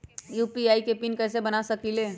UPI के pin कैसे बना सकीले?